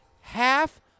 half